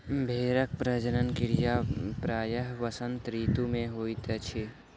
भेड़क प्रजनन प्रक्रिया प्रायः वसंत ऋतू मे होइत अछि